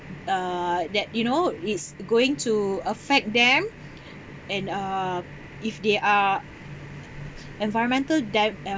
uh that you know it's going to affect them and uh if they are environmental dev~